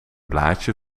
blaadje